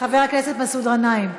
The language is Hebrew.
חבר הכנסת מסעוד גנאים,